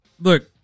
Look